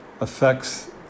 affects